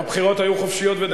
הבחירות היו חופשיות ודמוקרטיות.